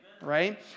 right